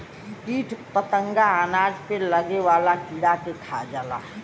कीट फतंगा अनाज पे लागे वाला कीड़ा के खा जाला